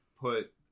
put